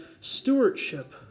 stewardship